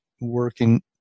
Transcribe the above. working